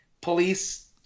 police